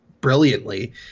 brilliantly